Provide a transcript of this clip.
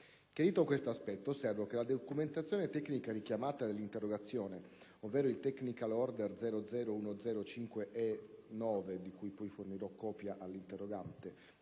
Chiarito questo aspetto, osservo che la documentazione tecnica richiamata nell'interrogazione - ovvero, il *Technical Order* (T.O.) 00-105e-9, di cui poi fornirò copia all'interrogante,